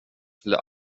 skulle